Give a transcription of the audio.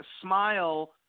smile